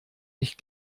nicht